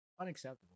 unacceptable